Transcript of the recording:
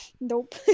Nope